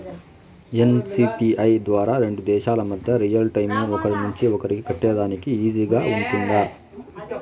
NCPI ద్వారా రెండు దేశాల మధ్య రియల్ టైము ఒకరి నుంచి ఒకరికి కట్టేదానికి ఈజీగా గా ఉంటుందా?